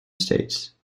states